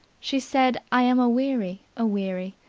she said i am aweary, aweary.